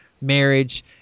marriage